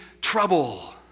trouble